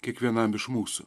kiekvienam iš mūsų